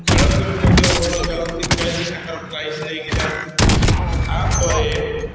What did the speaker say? ଆଉ ଖେଳ କିନ୍ତୁ ମଧ୍ୟ ଭଲ ଖେଳନ୍ତି ଖେଳାଳୀ ତାଙ୍କର ପ୍ରାଇଜ୍ ନେଇକି ଯାଆନ୍ତି ତା'ପରେ